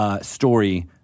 story